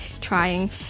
trying